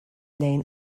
lejn